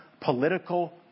political